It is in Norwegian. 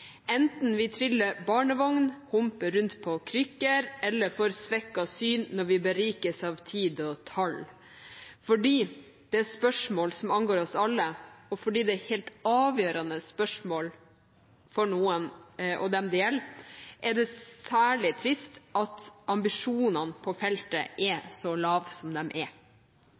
enten vi triller barnevogn, humper rundt på krykker eller får svekket syn når vi berikes av tid og tall. Fordi det er spørsmål som angår oss alle, og fordi det er helt avgjørende spørsmål for noen og dem det gjelder, er det særlig trist at ambisjonene på feltet er så lave som de er.